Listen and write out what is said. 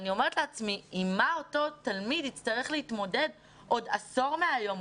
אני אומרת לעצמי עם מה אותו תלמיד יצטרך להתמודד עוד עשור מהיום,